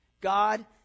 God